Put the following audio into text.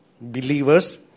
believers